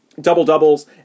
double-doubles